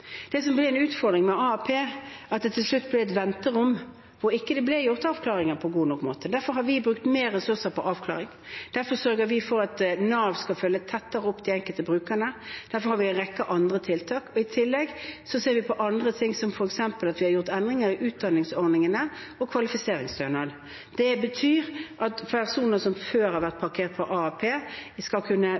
Det som ble en utfordring med AAP, var at det til slutt ble et venterom hvor det ikke ble gjort avklaringer på en god nok måte. Derfor har vi brukt mer ressurser på avklaring, derfor sørger vi for at Nav skal følge de enkelte brukerne tettere opp, derfor har vi en rekke andre tiltak. I tillegg ser vi på andre ting. Vi har f.eks. gjort endringer i utdanningsordningene og når det gjelder kvalifiseringsstønad. Det betyr at personer som før har vært parkert på AAP, skal kunne